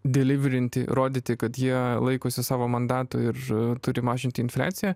deliverinti rodyti kad jie laikosi savo mandato ir turi mažinti infliaciją